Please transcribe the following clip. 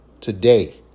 today